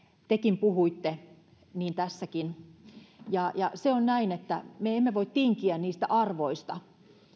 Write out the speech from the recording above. tekin puhutte niin tässäkin se on näin että me emme voi tinkiä niistä arvoista